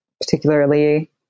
particularly